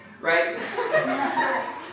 right